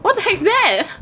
what the heck is that